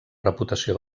reputació